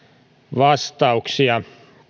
vastauksia